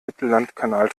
mittellandkanal